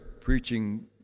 preaching